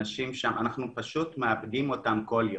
אנחנו פשוט מאבדים את האנשים האלה כלום.